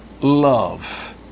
love